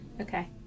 Okay